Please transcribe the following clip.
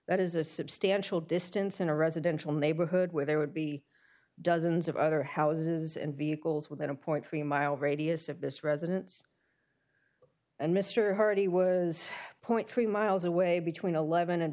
that is a substantial distance in a residential neighborhood where there would be dozens of other houses and vehicles within a point three mile radius of this residence and mr hardy was point three miles away between eleven and